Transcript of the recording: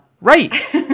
Right